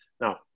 Now